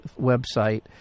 website